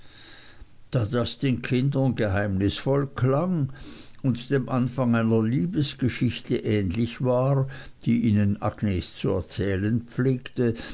da das den kindern geheimnisvoll klang und dem anfang einer liebesgeschichte ähnlich war die ihnen agnes zu erzählen